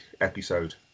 episode